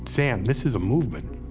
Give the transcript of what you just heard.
sam, this is a movement.